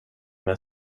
med